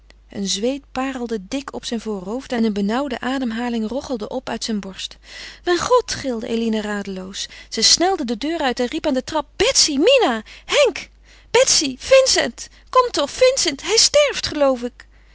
een zweet parelde dik op zijn voorhoofd en een benauwde ademhaling rochelde op uit zijn borst mijn god gilde eline radeloos zij snelde de deur uit en riep aan de trap betsy mina henk betsy vincent kom toch vincent hij sterft geloof ik